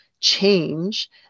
change